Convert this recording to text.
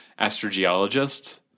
Astrogeologists